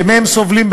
שמהם סובלים,